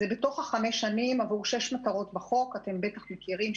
זה בתוך 5 שנים עבור 6 מטרות בחוק אתם מכירים,